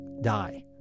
die